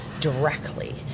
directly